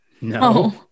No